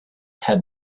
had